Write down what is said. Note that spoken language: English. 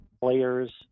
players